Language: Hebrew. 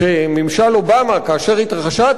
כאשר התרחשה התקלה במפרץ מקסיקו,